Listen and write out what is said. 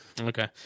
Okay